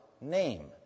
name